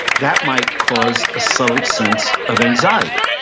that might cause a subtle sense of anxiety.